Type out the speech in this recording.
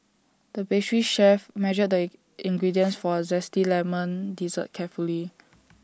the pastry chef measured the ingredients for A Zesty Lemon Dessert carefully